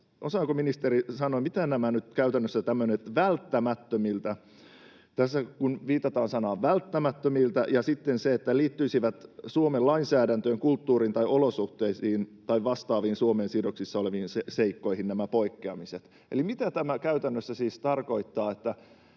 osaako ministeri sanoa, mitä nyt käytännössä tarkoittaa tämmöinen ”välttämättömiltä”. Tässä viitataan sanaan ”välttämättömiltä” ja sitten siihen, että liittyisivät Suomen lainsäädäntöön, kulttuuriin tai olosuhteisiin tai vastaaviin Suomeen sidoksissa oleviin seikkoihin nämä poikkeamiset. Eli mitä tämä käytännössä siis tarkoittaa,